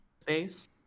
space